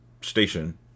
station